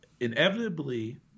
inevitably